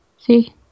see